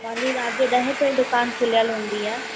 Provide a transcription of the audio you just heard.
मुंहिंजी राति जो ॾह ताईं दुकानु खुलियल हूंदी आ